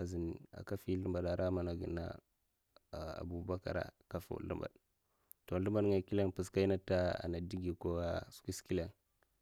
azunna nka nfyi zlembada ara mana gag na abubakara, aka nfow nzlambad to zlembd ngaya n'kilan n' mpez kaine ntena digui kow na skwisa kilan,